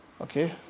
okay